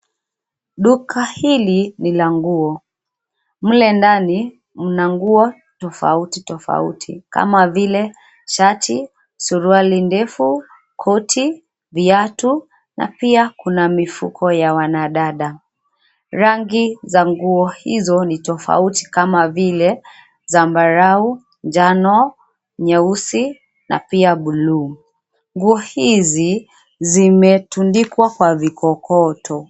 Duka hili ni la nguo. Mle ndani mna nguo tofauti tofauti kama vile shati, suruali ndefu, koti, viatu na pia kuna mifuko ya wanadada. Rangi za nguo hizo ni tofauti kama vile zambarau, njano, nyeusi na pia buluu. Nguo hizi zimetundikwa kwa vikokoto.